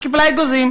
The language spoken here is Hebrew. היא קיבלה אגוזים.